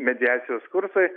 mediacijos kursai